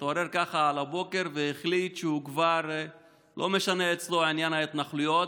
התעורר ככה על הבוקר והחליט שכבר לא משנה אצלו עניין ההתנחלויות,